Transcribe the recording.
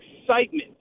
excitement